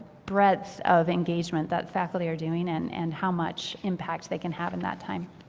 breadth of engagement that faculty are doing and and how much impact they can have in that time.